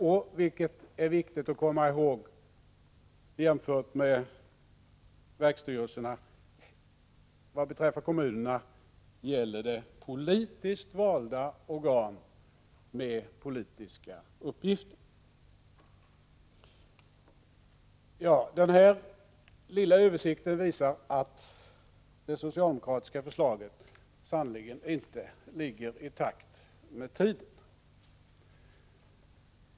Och i motsats till verksstyrelserna — vilket är viktigt att komma ihåg — är kommunerna politiskt valda organ med politiska uppgifter. 1 Den här lilla översikten visar att det socialdemokratiska förslaget sannerli 13 november 1985 gen inte ligger i takt med tiden.